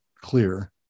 clear